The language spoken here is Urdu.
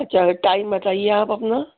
اچھا ٹائم بتائیے آپ اپنا